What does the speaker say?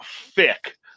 thick